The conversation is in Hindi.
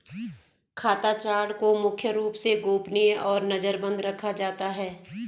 खाता चार्ट को मुख्य रूप से गोपनीय और नजरबन्द रखा जाता है